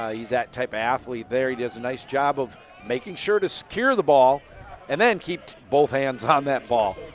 ah he is that type of athlete. there he does a nice job of making sure to secure the ball and then keep both hands on that ball.